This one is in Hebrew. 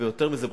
ויותר מזה,